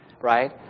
Right